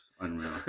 Unreal